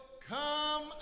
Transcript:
come